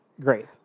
Great